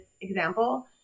example